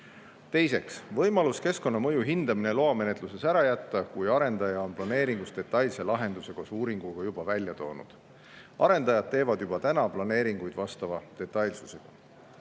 Teiseks, võimalus keskkonnamõju hindamine loamenetluses ära jätta, kui arendaja on planeeringus detailse lahenduse koos uuringuga juba välja toonud. Arendajad teevad juba täna planeeringuid vastava detailsusega.